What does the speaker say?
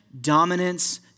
dominance